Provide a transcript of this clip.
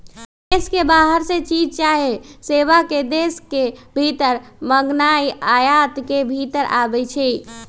देश के बाहर से चीज चाहे सेवा के देश के भीतर मागनाइ आयात के भितर आबै छइ